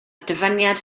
dyfyniad